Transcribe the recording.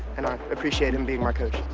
and i appreciate him being my coach.